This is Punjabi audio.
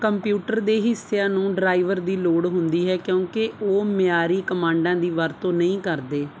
ਕੰਪਿਊਟਰ ਦੇ ਹਿੱਸਿਆਂ ਨੂੰ ਡਰਾਈਵਰ ਦੀ ਲੋੜ ਹੁੰਦੀ ਹੈ ਕਿਉਂਕਿ ਉਹ ਮਿਆਰੀ ਕਮਾਂਡਾਂ ਦੀ ਵਰਤੋਂ ਨਹੀਂ ਕਰਦੇ